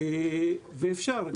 וזה אפשרי.